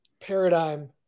paradigm